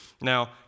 Now